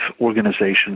organizations